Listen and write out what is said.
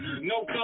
no